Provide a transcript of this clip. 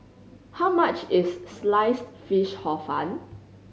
how much is Sliced Fish Hor Fun